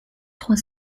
trois